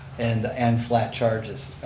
and and flat charges.